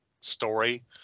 story